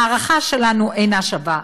ההערכה שלנו אינה שווה דבר.